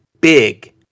big